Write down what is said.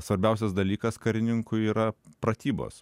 svarbiausias dalykas karininkui yra pratybos